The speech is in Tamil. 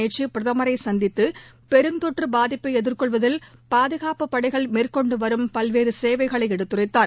நேற்று பிரதமரை சந்தித்து பெருந்தொற்று பாதிப்பை எதிர்கொள்வதில் பாதுகாப்புப் படைகள் மேற்கொண்டு வரும் பல்வேறு சேவைகளை எடுத்துரைத்தார்